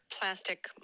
plastic